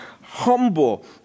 humble